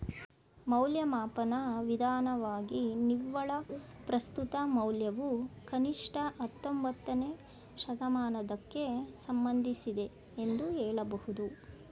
ಮೌಲ್ಯಮಾಪನ ವಿಧಾನವಾಗಿ ನಿವ್ವಳ ಪ್ರಸ್ತುತ ಮೌಲ್ಯವು ಕನಿಷ್ಠ ಹತ್ತೊಂಬತ್ತನೇ ಶತಮಾನದಕ್ಕೆ ಸಂಬಂಧಿಸಿದೆ ಎಂದು ಹೇಳಬಹುದು